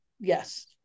Yes